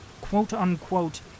quote-unquote